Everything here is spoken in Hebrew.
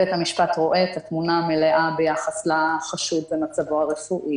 בית המשפט רואה את התמונה המלאה ביחס לחשוד ומצבו הרפואי,